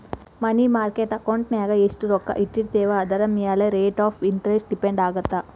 ಮನಿ market ಅಕೌಂಟಿನ್ಯಾಗ ಎಷ್ಟ್ ರೊಕ್ಕ ಇಟ್ಟಿರ್ತೇವಿ ಅದರಮ್ಯಾಲೆ ರೇಟ್ ಆಫ್ ಇಂಟರೆಸ್ಟ್ ಡಿಪೆಂಡ್ ಆಗತ್ತ